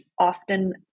often